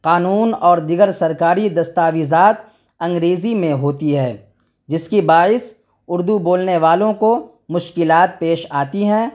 قانون اور دیگر سرکاری دستاویزات انگریزی میں ہوتی ہے جس کی باعث اردو بولنے والوں کو مشکلات پیش آتی ہیں